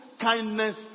kindness